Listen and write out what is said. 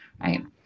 Right